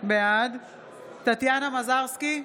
בעד טטיאנה מזרסקי,